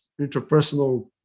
interpersonal